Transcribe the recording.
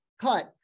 cut